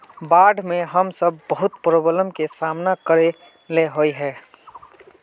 बाढ में हम सब बहुत प्रॉब्लम के सामना करे ले होय है?